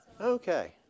Okay